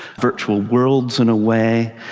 virtual worlds, in a way,